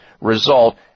result